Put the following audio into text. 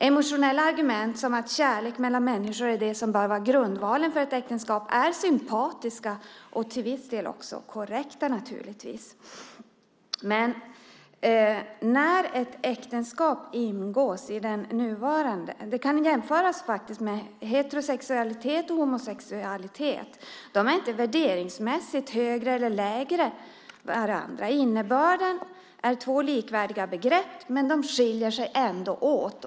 Emotionella argument, som att kärlek mellan människor bör vara grundvalen för ett äktenskap, är sympatiska och naturligtvis till viss del också korrekta. Heterosexualitet och homosexualitet är inte värderingsmässigt högre eller lägre än varandra. Till sin innebörd är de likvärdiga begrepp, men de skiljer sig ändå åt.